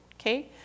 okay